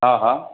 हा हा